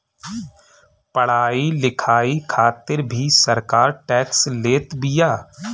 पढ़ाई लिखाई खातिर भी सरकार टेक्स लेत बिया